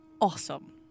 awesome